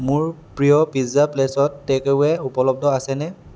মোৰ প্ৰিয় পিজ্জা প্লেচত টেক এৱে' উপলব্ধ আছেনে